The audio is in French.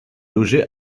logé